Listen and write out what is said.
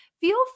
feel